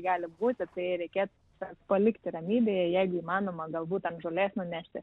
gali būti tai reikėtų tą palikti ramybėje jeigu įmanoma galbūt ant žolės nunešti